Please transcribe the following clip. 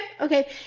Okay